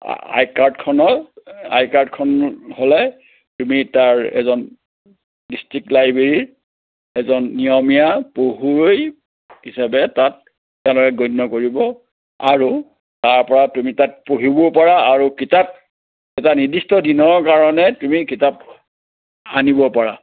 আই কাৰ্ডখনৰ আই কাৰ্ডখন হ'লে তুমি তাৰ এজন ডিষ্টিক লাইব্ৰেৰীৰ এজন নিয়মীয়া পঢ়ুৱৈ হিচাবে তাত তেওঁলোকে গণ্য কৰিব আৰু তাৰপৰা তুমি তাত পঢ়িবও পাৰা আৰু কিতাপ এটা নিৰ্দিষ্ট দিনৰ কাৰণে তুমি কিতাপ আনিবও পাৰা